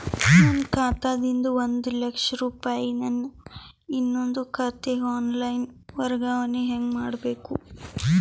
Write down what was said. ನನ್ನ ಖಾತಾ ದಿಂದ ಒಂದ ಲಕ್ಷ ರೂಪಾಯಿ ನನ್ನ ಇನ್ನೊಂದು ಖಾತೆಗೆ ಆನ್ ಲೈನ್ ವರ್ಗಾವಣೆ ಹೆಂಗ ಮಾಡಬೇಕು?